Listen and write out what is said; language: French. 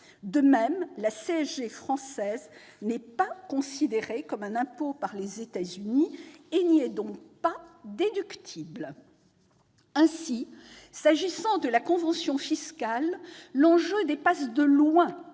De même, la CSG française n'est pas considérée comme un impôt par les États-Unis et n'est donc pas déductible dans ce pays. Ainsi, s'agissant de la convention fiscale, l'enjeu dépasse de loin